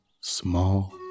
small